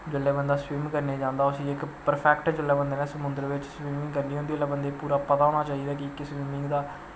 जिसलै बंदा स्विम करने गी जंदा उसी इक परफैक्ट जिसलै बंदे नै समुंद्र बिच्च स्विमिंग करनी होंदी उसलै बंदे गी पूरा पता होना चाही दा की के स्विमिंग दा